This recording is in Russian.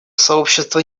сообщество